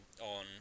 on